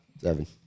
Seven